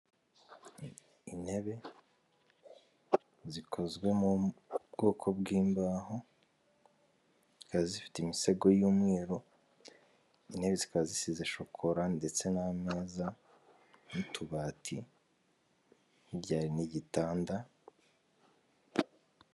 Intebe zikozwe mu bwoko bw'imbaho zikaba zifite imisego y'umweru, intebe zikaba zisize shokora ndetse n'ameza n'utubati, hirya hari n'igitanda.